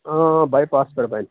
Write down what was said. اۭں باےپاسَس پٮ۪ٹھ بَنہِ